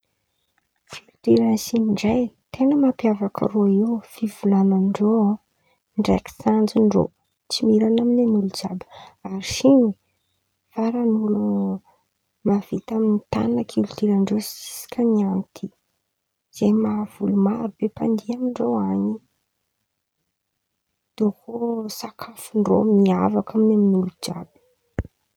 Kilitioran̈y Sin̈y ndray ten̈a mampiavaky reo io fivolan̈andreo ndraiky sanjindreo, tsy miran̈a amy nin'olo jìàby ary Sin̈y faran̈y olo mavita mitan̈a kilitiorandreo ziosika nian̈y ty, zay mahavy olo maro be mpandeha an̈y. Bôkô sakafondreo miavaka aminy nin'olo jìàby.